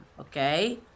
okay